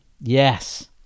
Yes